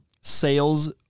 sales